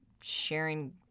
sharing